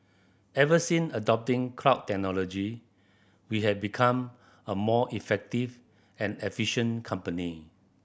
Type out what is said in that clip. ever since adopting cloud technology we have become a more effective and efficient company